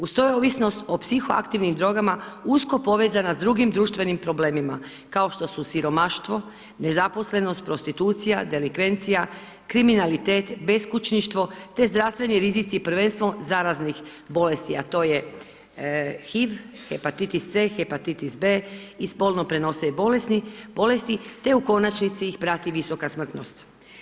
Uz to je ovisnost o psihoaktivnim drogama, usko povezana s drugim društvenim problemima, kao što su siromaštvo, nezaposlenost, prostitucija, delikvencija, kriminalitet, beskućništvo, te zdravstveni rizici, prvenstveno zaraznih bolesti, a to je HIV, hepatitis C, hepatitis B i spolno prenosive bolesti, te u konačnici ih prati visoka smrtnost.